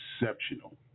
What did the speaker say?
exceptional